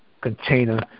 container